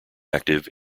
active